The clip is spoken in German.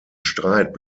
streit